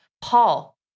Paul